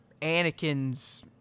Anakin's